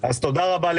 תודה רבה,